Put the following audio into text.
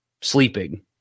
Sleeping